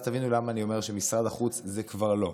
ואז תבינו למה אני אומר שמשרד החוץ זה כבר לא: